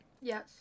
Yes